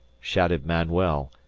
shouted manuel,